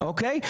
אוקיי.